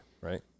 right